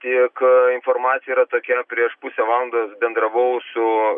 tik informacija yra tokia prieš pusę valandos bendravau su